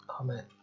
Amen